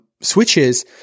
switches